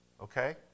okay